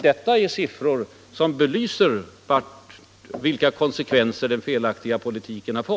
Detta är siffror som belyser vilka konsekvenser en felaktig politik kan få.